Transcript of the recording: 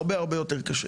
הרבה הרבה יותר קשה.